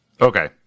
Okay